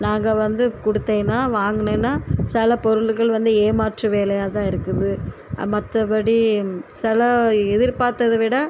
நாங்கள் வந்து கொடுத்தேன்னா வாங்கினீங்கன்னா சில பொருள்கள் வந்து ஏமாற்று வேலையாக தான் இருக்குது மற்றபடி சில எதிர்ப்பார்த்ததை விட